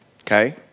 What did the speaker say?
okay